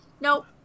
nope